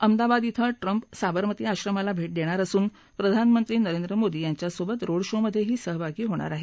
अहमदाबाद क्विं ट्रम्प साबरमती आश्रमाला भेट देणार असून प्रधानमंत्री नरेंद्र मोदी यांच्यासोबत रोड शोमधेही सहभागी होणार आहेत